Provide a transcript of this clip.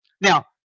Now